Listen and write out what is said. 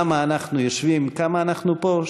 למה אנחנו יושבים כמה אנחנו פה?